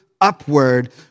upward